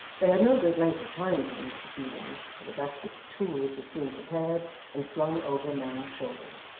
they had no great length of time for these proceedings, for the basket of tools was soon prepared and slung over a man's shoulders.